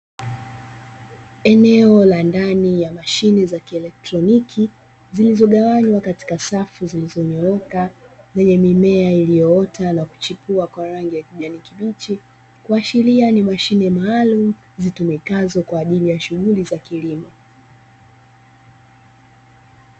Eneo la ndani ya mashine za kielekitroniki, zilizogawanywa katika safu zilizonyooka, zenye mimea iliyoota na kuchipua kwa rangi ya kijani kibichi. Kuashiria ni mashine maalumu zitumikazo kwa ajili ya shughuli za kilimo.